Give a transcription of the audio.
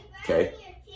Okay